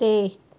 ਅਤੇ